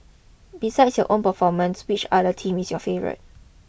besides your own performance which other team is your favourite